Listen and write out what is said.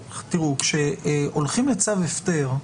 כשהולכים לצו הפטר,